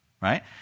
right